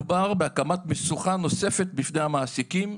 מדובר בהקמת משוכה נוספת בפני המעסיקים,